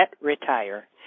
Retire